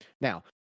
Now